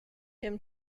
him